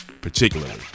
particularly